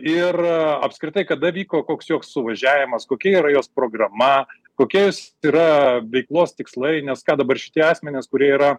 ir apskritai kada vyko koks joks suvažiavimas kokia yra jos programa kokie jos yra veiklos tikslai nes ką dabar šitie asmenys kurie yra